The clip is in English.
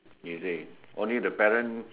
you see only the parent